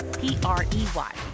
P-R-E-Y